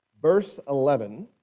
first eleven